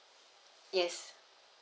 yes